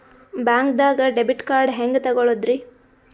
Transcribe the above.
ಬ್ಯಾಂಕ್ದಾಗ debit card ಹೆಂಗ್ ತಗೊಳದ್ರಿ?